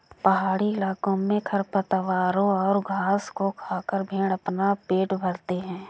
पहाड़ी इलाकों में खरपतवारों और घास को खाकर भेंड़ अपना पेट भरते हैं